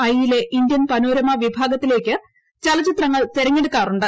I യിലെ Indian panorama വിഭാഗത്തിലേക്ക് ചലച്ചിത്രങ്ങൾ തെരഞ്ഞെടുക്കാറുണ്ട്